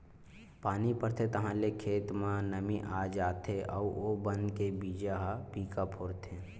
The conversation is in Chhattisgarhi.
पानी परथे ताहाँले खेत म नमी आ जाथे अउ ओ बन के बीजा ह पीका फोरथे